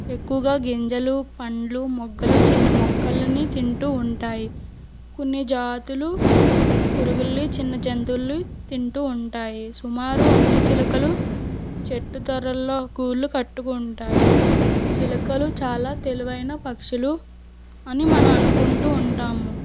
ఎక్కువగా గింజలు పండ్లు మొగ్గలు చిన్న మొక్కలని తింటూ ఉంటాయి కొన్ని జాతులు పురుగులని చిన్న జంతువులని తింటూ ఉంటాయి సుమారు అన్ని చిలకలు చెట్టు తొర్రల్లో గూళ్ళు కట్టుకుంటాయి చిలకలు చాలా తెలివైన పక్షులు అని మనం అనుకుంటూ ఉంటాము